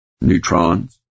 neutrons